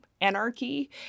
anarchy